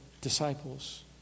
disciples